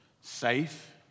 safe